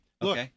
Look